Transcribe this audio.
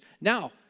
Now